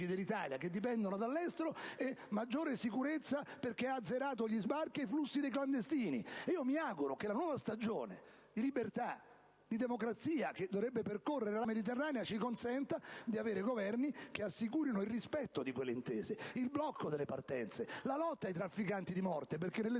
dell'Italia, che dipendono dall'estero, e ha portato ad un azzeramento degli sbarchi e dei flussi di clandestini. Ed io mi auguro che la nuova stagione di libertà, di democrazia, che dovrebbe percorrere l'area mediterranea ci consenta di avere Governi che assicurino il rispetto di quelle intese, il blocco delle partenze, la lotta ai trafficanti di morte.